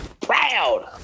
Proud